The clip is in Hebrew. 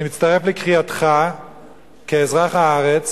אני מצטרף לקריאתך כאזרח הארץ